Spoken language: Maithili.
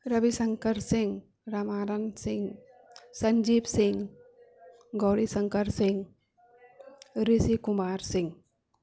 रविशङ्कर सिंह रवारन सिंह सञ्जीव सिंह गौरीशङ्कर सिंह ऋषि कुमार सिंह